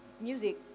music